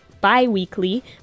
bi-weekly